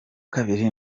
kabiri